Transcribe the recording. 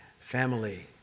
Family